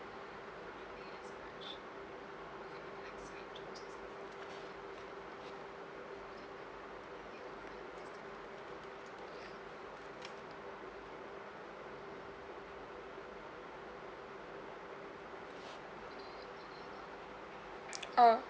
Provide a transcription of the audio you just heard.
oh